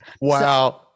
Wow